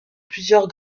plusieurs